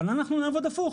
אבל אנחנו נעבוד הפוך